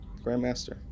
Grandmaster